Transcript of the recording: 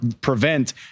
prevent